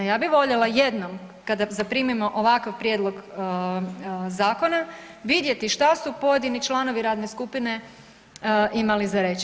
Ja bi voljela jednom kada zaprimimo ovakav prijedlog zakona vidjeti šta su pojedini članovi radne skupine imali za reći.